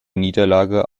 niederlage